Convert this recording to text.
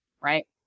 right